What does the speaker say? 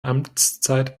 amtszeit